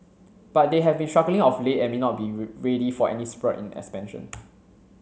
but they have been struggling of late and may not be ready for any spurt in expansion